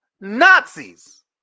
Nazis